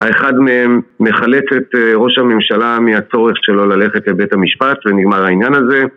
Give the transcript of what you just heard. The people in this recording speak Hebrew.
האחד מהם מחלק את ראש הממשלה מהצורך שלו ללכת לבית המשפט ונגמר העניין הזה